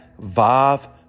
Vav